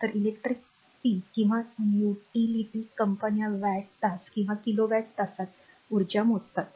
तर इलेक्ट्रिक पी किंवा युटिलिटी कंपन्या वॅट तास किंवा किलोवॅट तासात उर्जा मोजतात